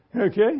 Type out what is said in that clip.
Okay